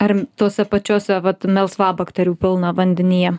ar tose pačiose vat melsvabakterių pilna vandenyje